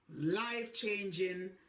life-changing